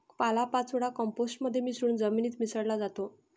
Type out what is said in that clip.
पालापाचोळा कंपोस्ट मध्ये मिसळून जमिनीत मिसळला जातो